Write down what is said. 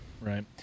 Right